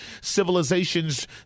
civilizations